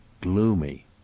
gloomy